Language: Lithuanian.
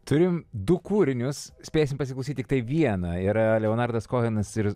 turim du kūrinius spėsim pasiklausyt tiktai vieną yra leonardas kohenas ir